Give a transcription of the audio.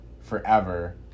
forever